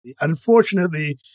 unfortunately